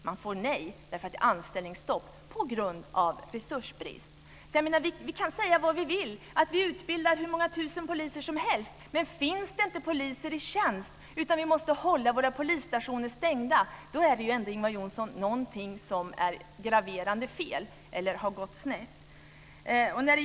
Man får ett nej därför att det är anställningsstopp på grund av resursbrist. Vi kan säga vad vi vill, att vi utbildar hur många tusen poliser som helst, men finns det inte poliser i tjänst och vi måste hålla våra polisstationer stängda, är det, Ingvar Johnsson, någonting som är graverande fel eller har gått snett.